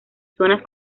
zonas